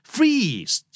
Freeze